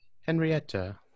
Henrietta